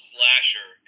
Slasher